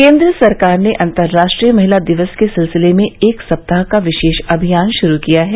केन्द्र सरकार ने अंतर्राष्ट्रीय महिला दिवस के सिलसिले में एक सप्ताह का विशेष अभियान शुरू किया है